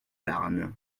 larn